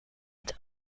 het